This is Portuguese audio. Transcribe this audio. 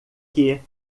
que